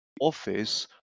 office